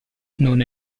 non